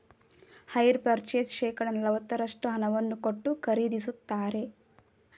hire purchase ಶೇಕಡ ನಲವತ್ತರಷ್ಟು ಹಣವನ್ನು ಕೊಟ್ಟು ಖರೀದಿಸುತ್ತಾರೆ